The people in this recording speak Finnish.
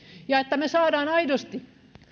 ja että me saamme aidosti